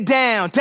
down